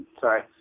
Sorry